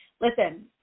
listen